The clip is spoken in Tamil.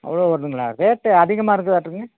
அவ்வளோ வருதுங்களா ரேட்டு அதிகமாயிருக்குறாட்டுங்க